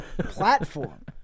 platform